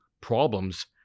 problems